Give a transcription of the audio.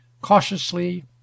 Cautiously